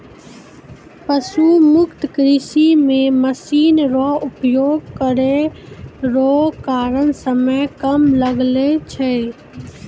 पशु मुक्त कृषि मे मशीन रो उपयोग करै रो कारण समय कम लागै छै